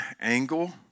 angle